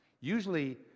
Usually